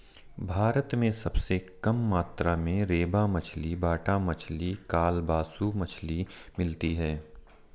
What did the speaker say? भारत में सबसे कम मात्रा में रेबा मछली, बाटा मछली, कालबासु मछली मिलती है